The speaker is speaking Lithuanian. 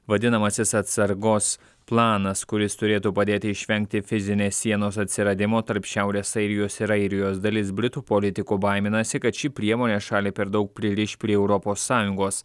vadinamasis atsargos planas kuris turėtų padėti išvengti fizinės sienos atsiradimo tarp šiaurės airijos ir airijos dalis britų politikų baiminasi kad ši priemonė šalį per daug pririš prie europos sąjungos